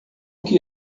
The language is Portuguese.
que